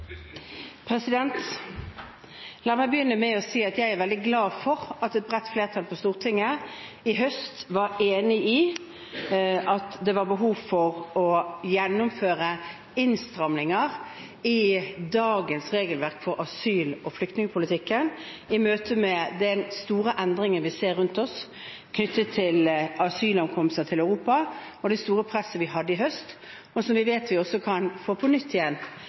La meg begynne med å si at jeg er veldig glad for at et bredt flertall på Stortinget sist høst var enig i at det var behov for å gjennomføre innstramninger i dagens regelverk for asyl- og flyktningpolitikken, i møte med den store endringen vi ser rundt oss knyttet til asylantankomster til Europa – det store presset vi hadde sist høst – som vi vet vi kan få på nytt igjen